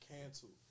canceled